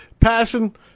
passion